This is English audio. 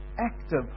active